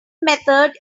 method